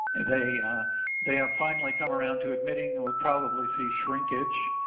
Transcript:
they they have finally come around to admitting and weill probably see shrinkage.